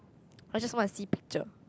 I just wanna see picture